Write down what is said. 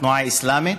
התנועה האסלאמית,